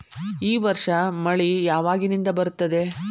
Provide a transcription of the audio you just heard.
ಈ ವರ್ಷ ಮಳಿ ಯಾವಾಗಿನಿಂದ ಬರುತ್ತದೆ?